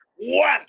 One